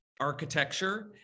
architecture